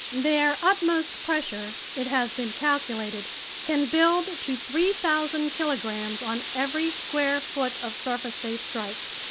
their utmost pressure it has been calculated can build to three thousand kilograms on every square foot of surface they strike.